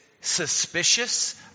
suspicious